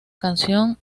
canción